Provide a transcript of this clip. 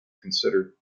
considered